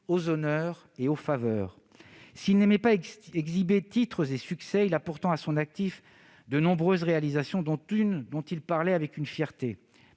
aux honneurs et aux faveurs. S'il n'aimait pas exhiber titres et succès, il a pourtant à son actif de nombreuses réalisations. Il en évoquait une avec une fierté